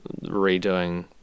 redoing